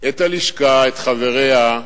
את הלשכה, את חבריה,